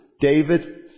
David